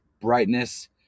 brightness